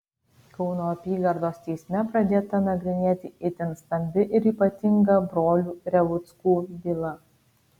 kauno apygardos teisme pradėta nagrinėti itin stambi ir ypatinga brolių revuckų byla